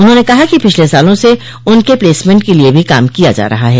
उन्होंने कहा कि पिछले सालों से उनके प्लेसमेंट के लिये भी काम किया जा रहा है